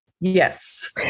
Yes